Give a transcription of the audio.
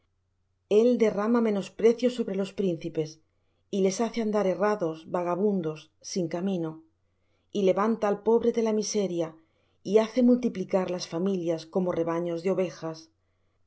el derrama menosprecio sobre los príncipes y les hace andar errados vagabundos sin camino y levanta al pobre de la miseria y hace multiplicar las familias como rebaños de ovejas